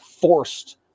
forced